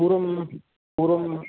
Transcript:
पूर्वं पूर्वम्